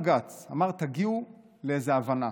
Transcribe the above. גם בג"ץ אמר: תגיעו לאיזו הבנה,